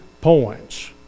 points